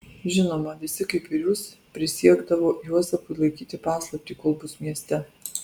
žinoma visi kaip ir jūs prisiekdavo juozapui laikyti paslaptį kol bus mieste